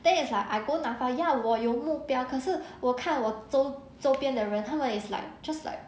then it's like I go N_A_F_A ya 我有目标可是我看我周周边的人他们 is like just like